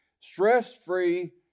stress-free